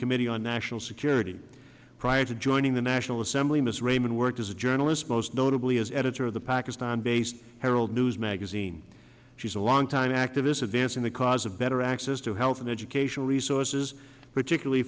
committee on national security prior to joining the national assembly ms raman worked as a journalist most notably as editor of the pakistan based herald news magazine she's a long time activist advancing the cause of better access to health and education resources particularly